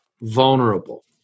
vulnerable